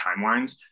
timelines